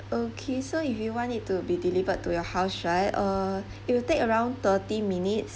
okay so if you want it to be delivered to your house should I uh it will take around thirty minutes